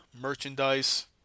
merchandise